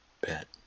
Bet